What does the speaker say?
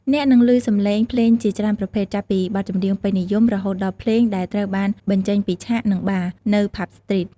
អ្នកនឹងលឺសំឡេងភ្លេងជាច្រើនប្រភេទ ចាប់ពីបទចម្រៀងពេញនិយម រហូតដល់ភ្លេង ដែលត្រូវបានបញ្ចេញពីឆាក និងបារ នៅផាប់ស្ទ្រីត។